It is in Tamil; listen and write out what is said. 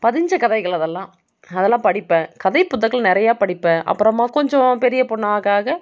பதிஞ்ச கதைகள் அதெல்லாம் அதெல்லாம் படிப்பேன் கதை புத்தகள் நிறைய படிப்பேன் அப்புறமா கொஞ்சம் பெரிய பொண்ணாக ஆக ஆக